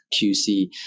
QC